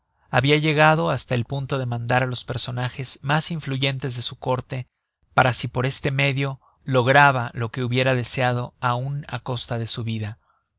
habia llegado hasta el punto de mandar á los personajes mas influyentes de su córte para si por este medio lograba lo que hubiera deseado aun á costa de su vida